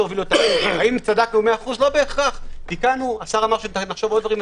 השר אמר שנתקן עוד דברים,